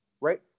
right